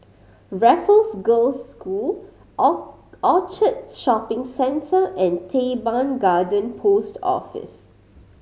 Raffles Girls' School Orchard Shopping Centre and Teban Garden Post Office